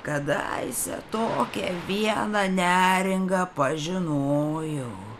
kadaise tokią vieną neringą pažinojau